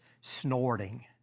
snorting